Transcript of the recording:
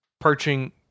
perching